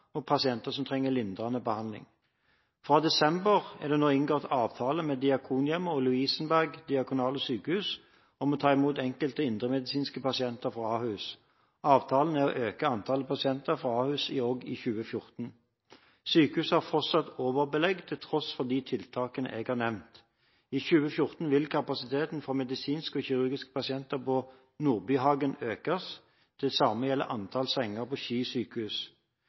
og pasienter som trenger lindrende behandling. Fra desember er det inngått avtaler med Diakonhjemmet og Lovisenberg Diakonale Sykehus om å ta imot enkelte indremedisinske pasienter fra Ahus. Avtalen er å øke antallet pasienter fra Ahus også i 2014. Sykehuset har fortsatt overbelegg til tross for de tiltakene jeg har nevnt. I 2014 vil kapasiteten for medisinske og kirurgiske pasienter ved Nordbyhagen økes. Det samme gjelder antall senger ved Ski sykehus.